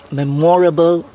memorable